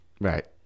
Right